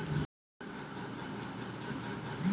पेड़ से गिरे टिकोलों को बच्चे हाथ से बटोर रहे हैं